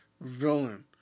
villain